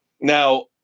Now